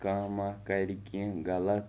کانٛہہ مہ کَرِ کینٛہہ غلط